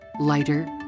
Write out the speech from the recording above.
Lighter